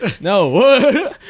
No